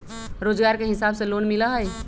रोजगार के हिसाब से लोन मिलहई?